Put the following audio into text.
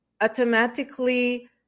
automatically